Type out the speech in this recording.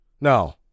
no